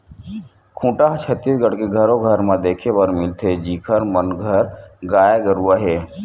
खूटा ह छत्तीसगढ़ के घरो घर म देखे बर मिलथे जिखर मन घर गाय गरुवा हे